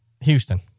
Houston